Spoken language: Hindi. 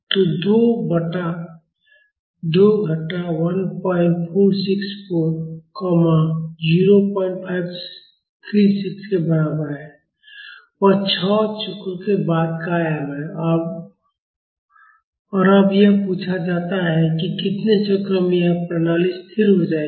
तो 2 बटा 2 घटा 1464 0536 के बराबर है वह 6 चक्रों के बाद का आयाम है और अब यह पूछा जाता है कि कितने चक्रों में यह प्रणाली स्थिर हो जाएगी